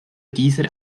dieser